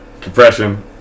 Compression